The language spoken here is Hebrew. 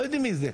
לא יודעים מי זה,